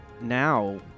now